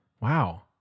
Wow